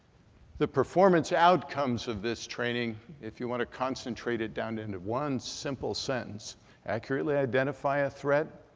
the performance outcomes of this training, if you want to concentrate it down into one simple sentence accurately identify a threat,